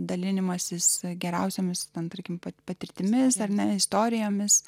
dalinimasis geriausiomis ten tarkim patirtimis ar ne istorijomis